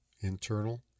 internal